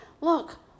Look